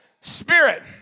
Spirit